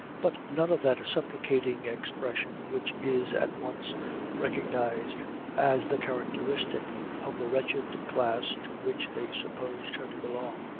but none of that supplicating expression which is at once recognized as the characteristic of the wretched class to which they supposed her to belong.